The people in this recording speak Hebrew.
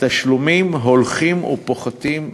התשלומים הולכים ופוחתים,